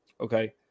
okay